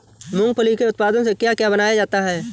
मूंगफली के उत्पादों से क्या क्या बनाया जाता है?